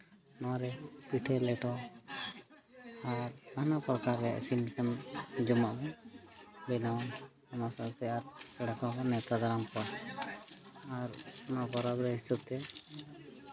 ᱱᱚᱣᱟᱨᱮ ᱯᱤᱴᱷᱟᱹ ᱞᱮᱴᱚ ᱟᱨ ᱱᱟᱱᱟ ᱯᱨᱚᱠᱟᱨ ᱡᱚᱢᱟ ᱵᱚ ᱵᱮᱱᱟᱣᱟ ᱚᱱᱟ ᱥᱟᱶᱛᱮ ᱟᱨ ᱯᱮᱲᱟ ᱠᱚᱦᱚᱸ ᱵᱚᱱ ᱱᱮᱶᱛᱟ ᱫᱟᱨᱟᱢ ᱠᱚᱣᱟ ᱟᱨ ᱱᱚᱣᱟ ᱯᱚᱨᱚᱵᱽ ᱨᱮᱭᱟᱜ ᱦᱤᱥᱟᱹᱵ ᱛᱮ